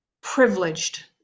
privileged